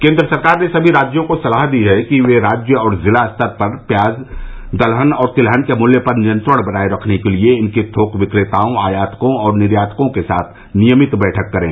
केंद्र सरकार ने सभी राज्यों को सलाह दी है कि वे राज्य और जिला स्तर पर प्याज दलहन और तिलहन के मूल्य पर नियंत्रण बनाये रखने के लिए इनके थोक विक्रेताओं आयातकों और निर्यातकों के साथ नियमित बैठक करें